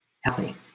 healthy